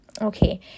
okay